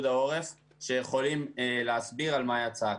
העורף שיכולים להסביר על מה יצא הכסף.